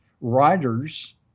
writers